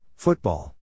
Football